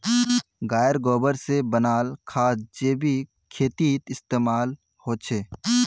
गायेर गोबर से बनाल खाद जैविक खेतीत इस्तेमाल होछे